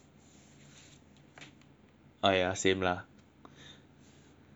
oh yeah same lah